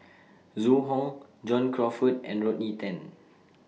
Zhu Hong John Crawfurd and Rodney Tan